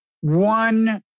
One